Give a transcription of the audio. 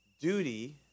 duty